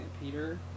Peter